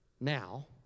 now